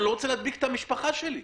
אני לא רוצה להדביק את המשפחה שלי.